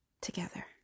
together